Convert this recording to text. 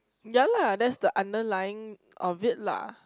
yah lah there's the underlying of it lah